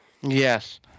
Yes